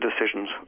decisions